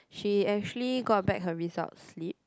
she actually got back her results slip